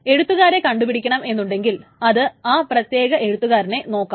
എഴുത്തുകാരെ കണ്ടു പിടിക്കണമെന്നുണ്ടെങ്കിൽ അത് ആ പ്രത്യേക എഴുത്ത്കാരനെ നോക്കാം